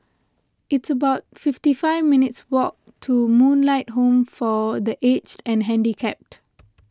it's about fifty five minutes' walk to Moonlight Home for the Aged and Handicapped